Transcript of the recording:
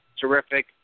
terrific